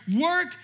work